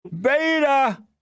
beta